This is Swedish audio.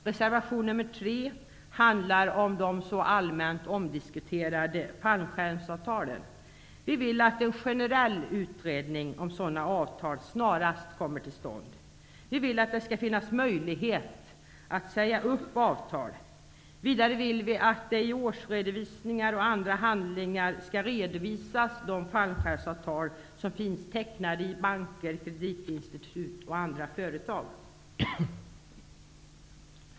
Reservation nr 3 handlar om de så allmänt diskuterade fallskärmsavtalen. Vi vill att en generell utredning om sådana avtal snarast kommer till stånd. Vi vill att det skall finnas möjlighet att säga upp avtal. Vidare vill vi att i årsredovisningar och andra handlingar skall redovisas de fallskärmsavtal som finns tecknade i banker, kreditinstitut och andra företag.